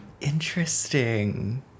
Interesting